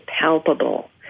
palpable